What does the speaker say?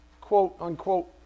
quote-unquote